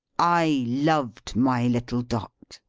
i loved my little dot,